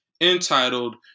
entitled